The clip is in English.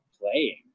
playing